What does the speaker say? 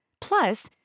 Plus